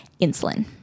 insulin